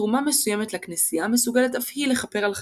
תרומה מסוימת לכנסייה מסוגלת אף היא לכפר על חטאים.